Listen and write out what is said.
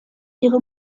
ihre